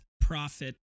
profit